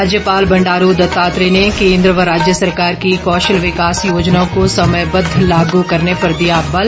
राज्यपाल बंडारू दत्तात्रेय ने केंद्र व राज्य सरकार की कौशल विकास योजनाओं को समयबद्ध लागू करने पर दिया बल